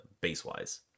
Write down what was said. base-wise